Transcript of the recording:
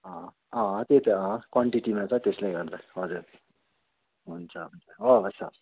अँ त्यही त अँ क्वान्टिटीमा छ त्यसले गर्दा हजुर हुन्छ हुन्छ अँ हवस् हवस्